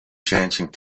changing